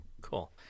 cool